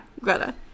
Greta